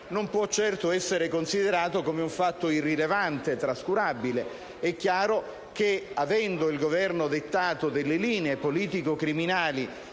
non può certo essere considerato come un fatto irrilevante o trascurabile: è chiaro che, avendo il Governo dettato delle linee di politica criminale